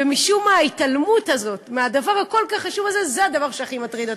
ומשום מה ההתעלמות הזאת מהדבר הכל-כך חשוב הזה זה הדבר שהכי מטריד אותי.